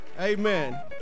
Amen